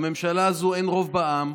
לממשלה הזו אין רוב בעם,